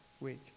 week